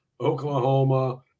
Oklahoma